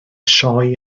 sioe